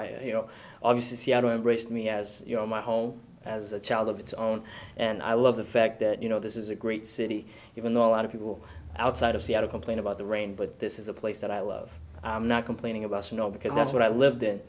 i you know obviously seattle embraced me as you know my home as a child of its own and i love the fact that you know this is a great city even though a lot of people outside of seattle complain about the rain but this is a place that i love i'm not complaining about snow because that's what i lived in